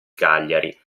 cagliari